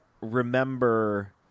remember